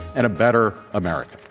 and a better america.